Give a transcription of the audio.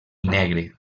negre